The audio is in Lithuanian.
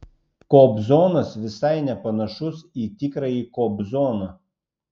kobzonas visai nepanašus į tikrąjį kobzoną